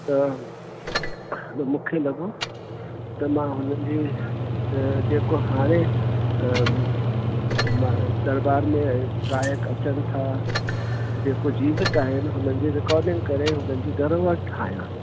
त मुखे लॻो त मां हुननि जी जेको हाणे मां दरबार में गायक अचनि था जेको जीवित आहिनि हुननि जी रिकॉडिंग करे हुननि जी दरोवर ठायां